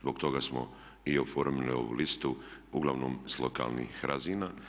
Zbog toga smo i oformili ovu listu uglavnom s lokalnih razina.